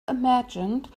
imagined